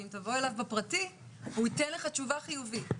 ואם תבוא אליו בפרטי הוא ייתן לך תשובה חיובית,